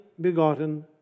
begotten